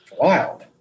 Wild